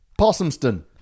Possumston